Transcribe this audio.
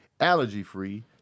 allergy-free